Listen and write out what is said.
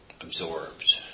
absorbed